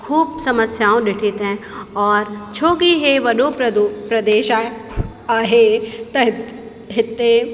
ख़ूब समस्याऊं ॾिठी तै और छोकी हे वॾो प्रद प्रदेश आ आहे त हि हिते